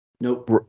Nope